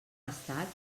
estat